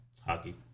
hockey